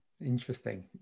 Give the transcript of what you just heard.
Interesting